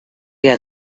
got